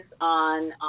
on